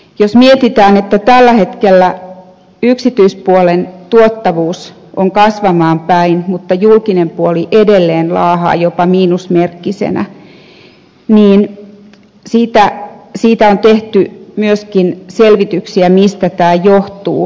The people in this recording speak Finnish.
jos mietitään että tällä hetkellä yksityispuolen tuottavuus on kasvamaan päin mutta julkinen puoli edelleen laahaa jopa miinusmerkkisenä siitä on tehty myöskin selvityksiä mistä tämä johtuu